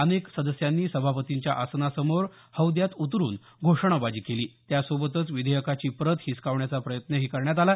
अनेक सदस्यांनी सभापतींच्या आसनासमोर हौद्यात उतरुन घोषणाबाजी केली त्यासोबतच विधेयकाची प्रत हिसकावण्याचा प्रयत्नही करण्यात आला